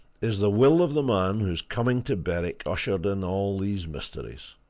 is the will of the man whose coming to berwick ushered in all these mysteries.